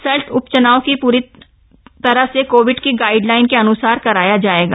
सल्ट उपचुनाव पूरी तरह से कोविड की गाइडलाइन के अनुसार कराया जाएगा